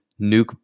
nuke